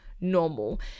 normal